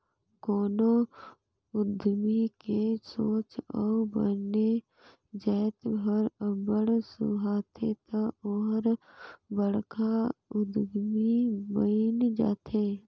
कोनो उद्यमी के सोंच अउ बने जाएत हर अब्बड़ सुहाथे ता ओहर बड़खा उद्यमी बइन जाथे